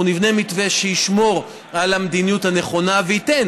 אנחנו נבנה מתווה שישמור על המדיניות הנכונה וייתן